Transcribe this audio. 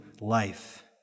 life